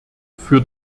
für